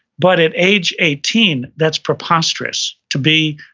but at age eighteen, that's preposterous to be,